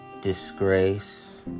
disgrace